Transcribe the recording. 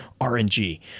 rng